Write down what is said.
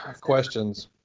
questions